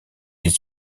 des